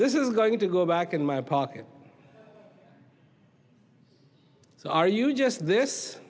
this is going to go back in my pocket so are you just this